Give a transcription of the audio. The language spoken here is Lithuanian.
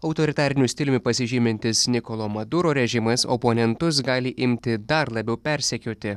autoritariniu stiliumi pasižymintis nikolo maduro režimas oponentus gali imti dar labiau persekioti